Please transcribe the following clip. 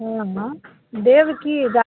हँ हँ देब की द